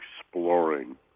exploring